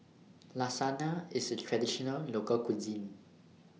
Lasagna IS A Traditional Local Cuisine